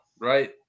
right